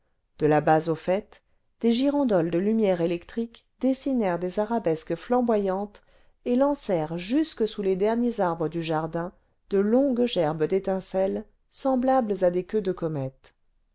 de la base au faîte des girandoles de lumière électrique dessinèrent des arabesques flamboyantes et lancèrent jusque sous les derniers arbres du jardin de longues gerbes d'étincelles semblables à des queues de comète